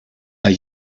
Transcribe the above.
are